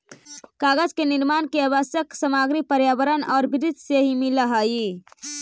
कागज के निर्माण के आवश्यक सामग्री पर्यावरण औउर वृक्ष से ही मिलऽ हई